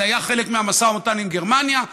זה היה חלק מהמשא ומתן עם גרמניה,